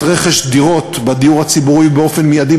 רכש דירות בדיור הציבורי באופן מיידי,